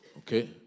Okay